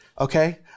okay